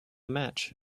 match